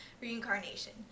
reincarnation